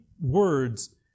words